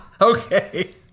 Okay